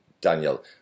Daniel